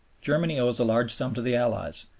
germany owes a large sum to the allies,